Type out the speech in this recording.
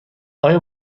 آیا